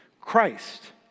Christ